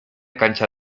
cancha